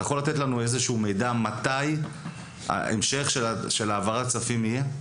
אתה יכול לתת לנו איזה שהוא מידע מתי ההמשך של העברת הכספים יהיה?